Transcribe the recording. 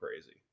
crazy